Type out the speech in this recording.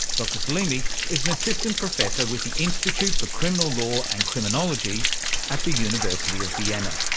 dr salimi is an assistant professor with the institute for criminal law and criminology at the university of vienna.